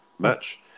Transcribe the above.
match